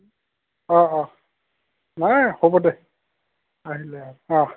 অঁ অঁ নাই হ'ব দে আহিলে অঁ